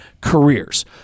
careers